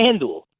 FanDuel